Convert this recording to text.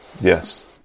Yes